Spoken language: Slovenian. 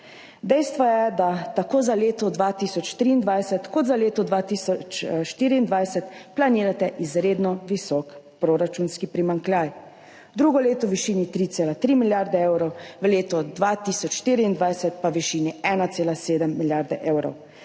Dejstvo je, da tako za leto 2023 kot za leto 2024 planirate izredno visok proračunski primanjkljaj, drugo leto v višini 3,3 milijarde evrov, v letu 2024 pa v višini 1,7 milijarde evrov,